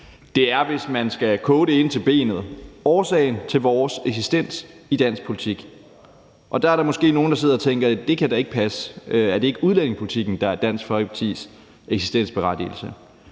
Det er, hvis man skal koge det ind til benet, årsagen til vores eksistens i dansk politik. Der er der måske nogle, der sidder og tænker, at det da ikke kan passe, for er det ikke udlændingepolitikken, der er Dansk Folkepartis eksistensberettigelse?